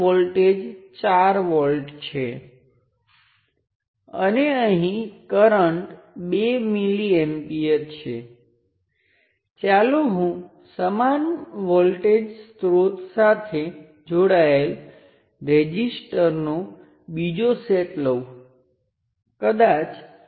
તો આ સ્વતંત્ર સ્ત્રોતોને નિષ્ક્રિય અથવા શૂન્ય તરીકે ઓળખાય છે તે યાદ રાખવું સૌથી મહત્વપૂર્ણ છે કે હું માત્ર સ્વતંત્ર સ્ત્રોતોને જ શૂન્ય કરું છું નિયંત્રણ સ્ત્રોતોને નહીં માત્રાને નિયંત્રિત કરતાં નિયંત્રિત સ્ત્રોતો બરાબર આગળ હતા તેમ જ રહે છે અને તે જ્યાં છે ત્યાં માત્ર સ્વતંત્ર સ્ત્રોતો જ છે અને માત્ર સ્વતંત્ર સ્ત્રોતને રદ કરવામાં આવે છે